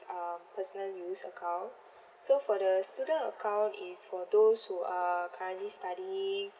uh personal use account so for the student account is for those who are currently studying